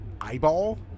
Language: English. eyeball